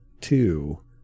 two